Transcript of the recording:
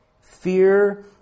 Fear